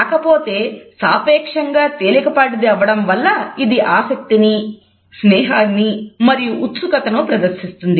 కాకపోతే సాపేక్షంగా తేలికపాటిది అవ్వడం వలన ఇది ఆసక్తిని స్నేహాన్ని మరియు ఉత్సుకతను ప్రదర్శిస్తుంది